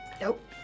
nope